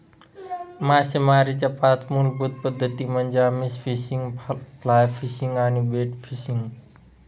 मासेमारीच्या पाच मूलभूत पद्धती म्हणजे आमिष फिशिंग, फ्लाय फिशिंग आणि बेट फिशिंग